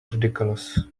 ridiculous